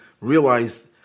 realized